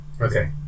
okay